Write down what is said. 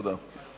תודה.